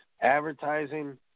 advertising